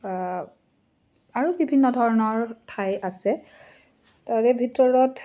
আৰু বিভিন্ন ধৰণৰ ঠাই আছে তাৰে ভিতৰত